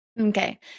Okay